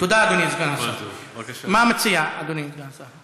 תודה, אדוני סגן השר.